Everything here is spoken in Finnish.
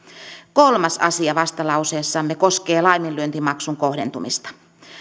kolmas asia vastalauseessamme koskee laiminlyöntimaksun kohdentumista